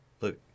Look